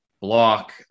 block